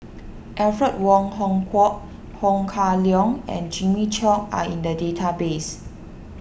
Alfred Wong Hong Kwok Ho Kah Leong and Jimmy Chok are in the database